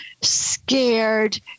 scared